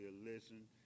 listen